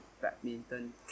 badminton